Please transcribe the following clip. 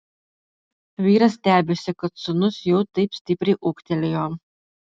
vyras stebisi kad sūnus jau taip stipriai ūgtelėjo